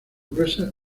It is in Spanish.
gruesas